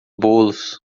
bolos